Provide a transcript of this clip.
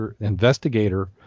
investigator